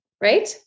right